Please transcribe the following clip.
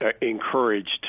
encouraged